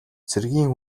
цэргийн